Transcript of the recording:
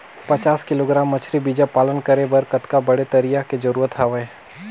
पचास किलोग्राम मछरी बीजा पालन करे बर कतका बड़े तरिया के जरूरत हवय?